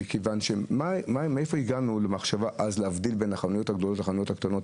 - בקטנה הוא עצמו לא רוצה לתת לך המוכר הרבה שקיות.